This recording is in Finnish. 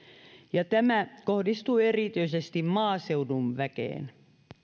ja tämä kohdistuu erityisesti maaseudun väkeen